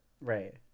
Right